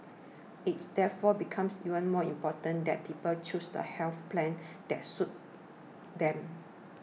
it's therefore becomes even more important that people choose the health plan that suits them